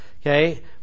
Okay